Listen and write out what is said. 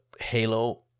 Halo